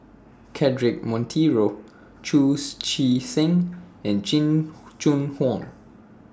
Cedric Monteiro Chu's Chee Seng and Jing Jun Hong